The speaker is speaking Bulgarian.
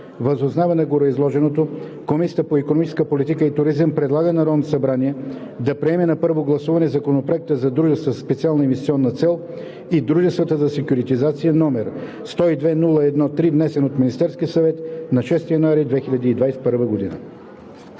Въз основа на гореизложеното Комисията по икономическа политика и туризъм предлага на Народното събрание да приеме на първо гласуване Законопроект за дружествата със специална инвестиционна цел и дружествата за секюритизация, № 102-01-3, внесен от Министерския съвет на 6 януари 2021 г.“